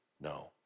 no